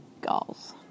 goals